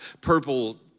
purple